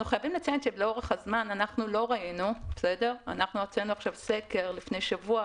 אנחנו חייבים לציין שלאורך הזמן לא ראינו הוצאנו סקר לפני שבוע,